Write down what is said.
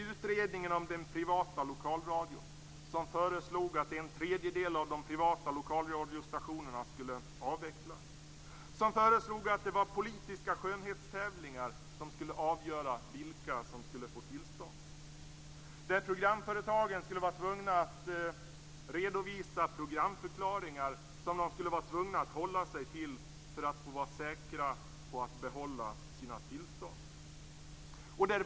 Utredningen om den privata lokalradion föreslog att en tredjedel av de privata lokalradiostationerna skulle avvecklas. Den föreslog att det var politiska skönhetstävlingar som skulle avgöra vilka som skulle få tillstånd. Programföretagen skulle redovisa programförklaringar som de skulle vara tvungna att hålla sig till för att vara säkra på att få behålla sina tillstånd.